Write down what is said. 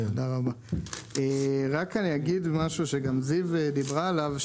אני רק אגיד משהו שגם זיו דיברה עליו,